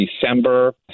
December